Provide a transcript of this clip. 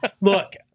Look